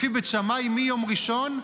לפי בית שמאי מיום ראשון,